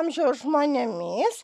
amžiaus žmonėmis